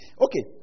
Okay